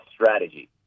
strategy